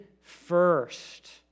first